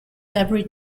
every